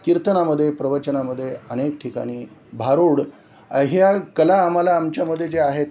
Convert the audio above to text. किर्तनामध्ये प्रवचनामध्ये अनेक ठिकाणी भारुड ह्या कला आम्हाला आमच्यामध्ये जे आहेत